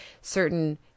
certain